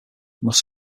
must